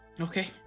Okay